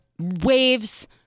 waves